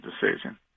decision